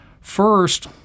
First